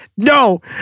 No